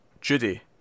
Judy